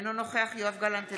אינו נוכח יואב גלנט,